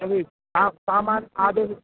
अभी आप सामान आधे